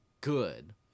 good